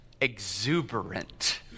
exuberant